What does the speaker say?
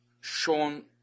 shown